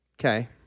Okay